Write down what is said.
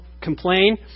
complain